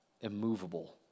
immovable